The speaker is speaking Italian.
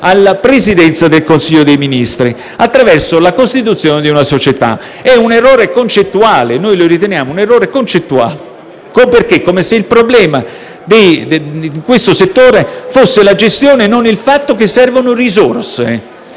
alla Presidenza del Consiglio dei Ministri, attraverso la costituzione di una società. Consideriamo questo un errore concettuale, come se il problema di questo settore fosse la gestione e non il fatto che servono risorse.